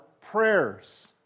prayers